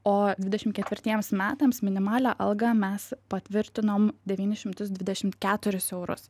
o dvidešim ketvirtiems metams minimalią algą mes patvirtinom devynis šimtus dvidešim keturis eurus